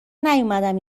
نیومدم